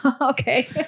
okay